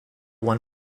one